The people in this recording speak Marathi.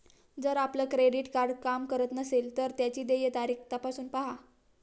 जर आपलं क्रेडिट कार्ड काम करत नसेल तर त्याची देय तारीख तपासून पाहा